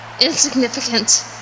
Insignificant